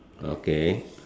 okay